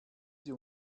sie